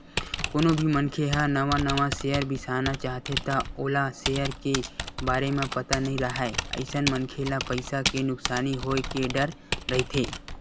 कोनो भी मनखे ह नवा नवा सेयर बिसाना चाहथे त ओला सेयर के बारे म पता नइ राहय अइसन मनखे ल पइसा के नुकसानी होय के डर रहिथे